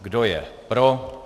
Kdo je pro?